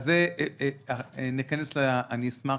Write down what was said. אני אשמח